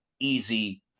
easy